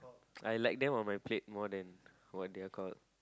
I like them on my plate more than what their called